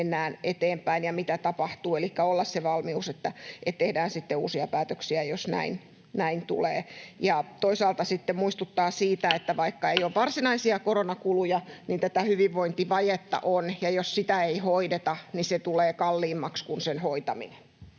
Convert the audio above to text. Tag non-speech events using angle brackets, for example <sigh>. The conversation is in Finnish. siinä mennään eteenpäin ja mitä tapahtuu, elikkä olla se valmius, että tehdään sitten uusia päätöksiä, jos näin tulee, ja toisaalta sitten muistuttaa siitä, <noise> että vaikka ei ole varsinaisia koronakuluja, niin tätä hyvinvointivajetta on, ja jos sitä ei hoideta, niin se tulee kalliimmaksi kuin sen hoitaminen.